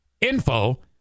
Info